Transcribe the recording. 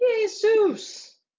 Jesus